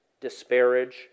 disparage